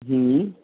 हूँ